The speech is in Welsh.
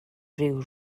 ryw